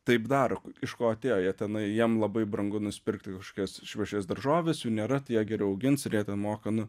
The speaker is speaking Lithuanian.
taip daro iš ko atėjo jie tenai jiem labai brangu nusipirkti kažkokias šviežias daržoves jų nėra tai jie geriau augins ir jie ten moka nu